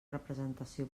representació